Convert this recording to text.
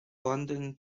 london